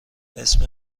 اسم